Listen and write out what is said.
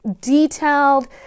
detailed